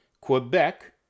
Quebec